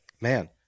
man